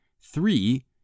Three